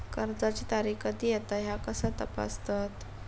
कर्जाची तारीख कधी येता ह्या कसा तपासतत?